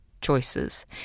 choices